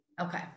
Okay